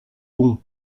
bon